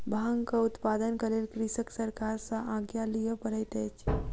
भांगक उत्पादनक लेल कृषक सरकार सॅ आज्ञा लिअ पड़ैत अछि